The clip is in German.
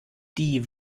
die